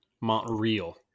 Montreal